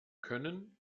können